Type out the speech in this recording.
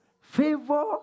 Favor